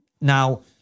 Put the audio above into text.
Now